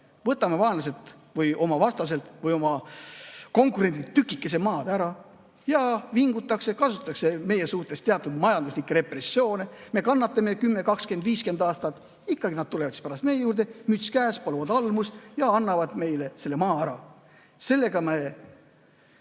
võtame vaenlaselt või oma vastaselt või oma konkurendilt tükikese maad ära. Jaa, vingutakse, kasutatakse meie suhtes teatud majanduslikke repressioone, me kannatame 10, 20, 50 aastat, aga ikkagi nad tulevad pärast meie juurde, müts käes, paluvad almust ja annavad meile selle maa ära. Sellega me